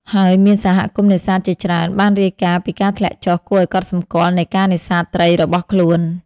ហើយមានសហគមន៍នេសាទជាច្រើនបានរាយការណ៍ពីការធ្លាក់ចុះគួរឱ្យកត់សម្គាល់នៃការនេសាទត្រីរបស់ខ្លួន។